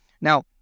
Now